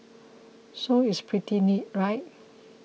so it's pretty neat right